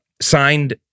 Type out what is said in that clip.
signed